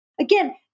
again